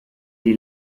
die